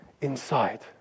inside